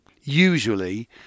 usually